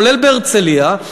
כולל בהרצלייה.